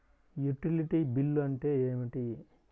Utility bill అంటే ఏమిటి?